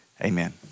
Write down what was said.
Amen